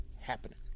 happening